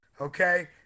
okay